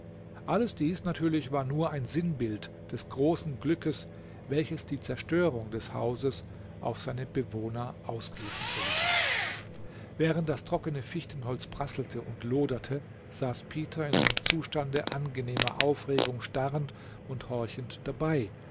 alles dies natürlich war nur ein sinnbild des großen glückes welches die zerstörung des hauses auf seine bewohner ausgießen sollte während das trockene fichtenholz prasselte und loderte saß peter in einem zustande angenehmer aufregung starrend und horchend dabei